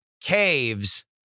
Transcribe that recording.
Caves